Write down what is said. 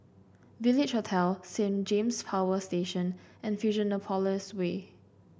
Village Hotel Saint James Power Station and Fusionopolis Way